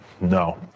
No